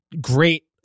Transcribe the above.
great